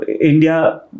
India